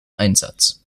einsatz